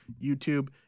YouTube